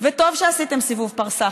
טוב שעשיתם סיבוב פרסה,